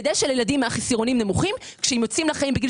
כדי שילדים מעשירונים נמוכים שיוצאים לחיים בגיל